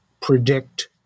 predict